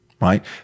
right